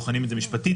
בוחנים את זה משפטית,